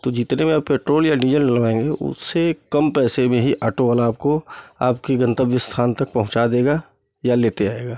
तो जितने में आप पेट्रोल या डीज़ल डलवाएँगे उससे कम पैसे में ही ऑटो वाला आपको आपके गंतव्य स्थान तक पहुँचा देगा या लेते आएगा